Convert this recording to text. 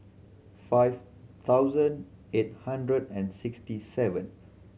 five thousand eight hundred and sixty seven